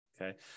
Okay